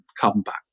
comeback